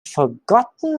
forgotten